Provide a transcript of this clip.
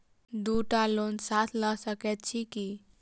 दु टा लोन साथ लऽ सकैत छी की?